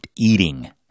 eating